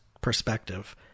perspective